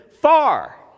Far